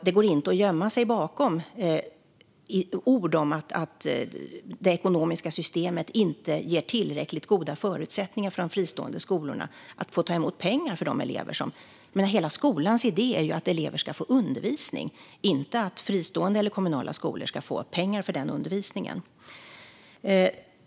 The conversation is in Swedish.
Det går inte att gömma sig bakom ord om att det ekonomiska systemet inte ger tillräckligt goda förutsättningar för de fristående skolorna att ta emot pengar för dessa elever. Skolans hela idé är ju att elever ska få undervisning, inte att fristående eller kommunala skolor ska få pengar för den undervisningen.